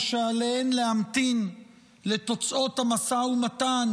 ושעליהן להמתין לתוצאות המשא-ומתן,